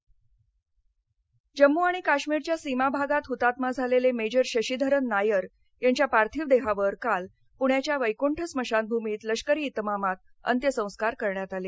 शहीद मेजर नायर जम्मू काश्मीरच्या सीमा भागात हुतात्मा झालेले मेजर शशीधरन नायर यांच्या पार्थिव देहावर काल पुण्याच्या वैकुंठ स्मशानभूमीत लष्करी इतमामात अंत्यसंस्कार करण्यात आले